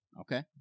Okay